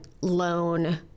loan